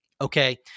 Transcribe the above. Okay